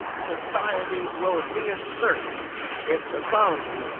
society will re-assert its authority.